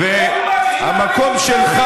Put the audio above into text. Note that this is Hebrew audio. כושל.